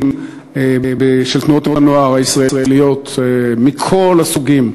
של תנועות הנוער הישראליות מכל הסוגים.